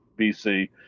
BC